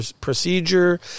procedure